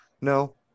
No